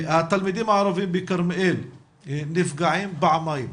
התלמידים הערבים בכרמיאל נפגעים פעמיים,